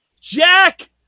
Jack